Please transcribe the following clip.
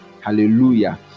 hallelujah